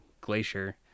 glacier